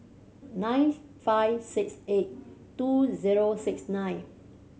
nine five six eight two zero six nine